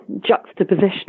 juxtaposition